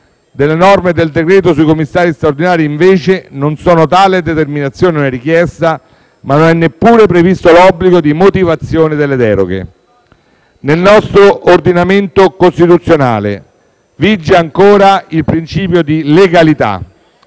nelle norme del decreto sui commissari straordinari, non solo tale determinazione non è richiesta, ma non è neppure previsto l'obbligo di motivazione delle deroghe. Nel nostro ordinamento costituzionale vige ancora il principio di legalità